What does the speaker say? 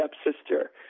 stepsister